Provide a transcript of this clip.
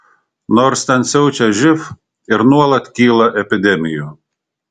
nors ten siaučia živ ir nuolat kyla epidemijų